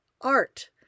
Art